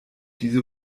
diese